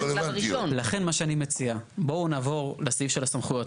לכן מה שאני מציע, בואו נעבור לסעיף של הסמכויות.